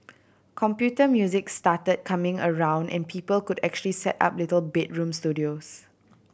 computer music started coming around and people could actually set up little bedroom studios